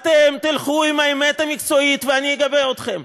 אתם תלכו עם האמת המקצועית ואני אגבה אתכם,